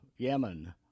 Yemen